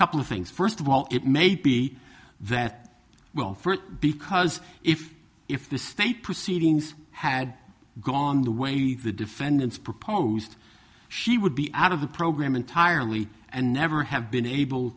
got couple of things first of all it may be that well for it because if if the state proceedings had gone the way the defendants proposed she would be out of the program entirely and never have been able